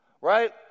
right